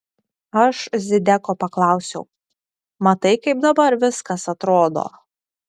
aš zideko paklausiau matai kaip dabar viskas atrodo